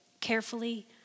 carefully